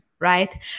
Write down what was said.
right